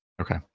Okay